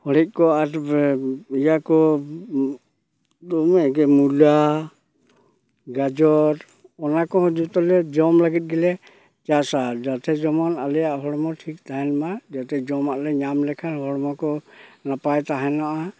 ᱦᱚᱲᱮᱡ ᱠᱚ ᱤᱭᱟᱹ ᱠᱚ ᱫᱚᱢᱮᱜᱮ ᱢᱩᱞᱟᱹ ᱜᱟᱡᱚᱨ ᱚᱱᱟ ᱠᱚᱦᱚᱸ ᱡᱛᱚ ᱜᱮ ᱡᱚᱢ ᱞᱟᱹᱜᱤᱫ ᱜᱮᱞᱮ ᱪᱟᱥᱟ ᱡᱟᱛᱮ ᱡᱮᱢᱚᱱ ᱟᱞᱮᱭᱟᱜ ᱦᱚᱲᱢᱚ ᱴᱷᱤᱠ ᱛᱟᱦᱮᱱ ᱢᱟ ᱡᱟᱛᱮ ᱡᱚᱢᱟᱜ ᱞᱮ ᱧᱟᱢ ᱞᱮᱠᱷᱟᱱ ᱦᱚᱲᱢᱚ ᱠᱚ ᱱᱟᱯᱟᱭ ᱛᱟᱦᱮᱱᱚᱜᱼᱟ